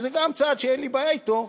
שזה גם צעד שאין לי בעיה אתו,